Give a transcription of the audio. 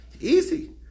Easy